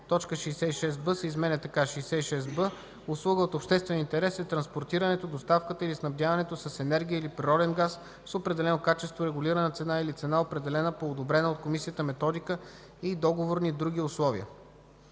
Точка 66б се изменя така: „66б. „Услуга от обществен интерес” е транспортирането, доставката или снабдяването с енергия или природен газ с определено качество, регулирана цена или цена, определена по одобрена от Комисията методика и договорни други условия.”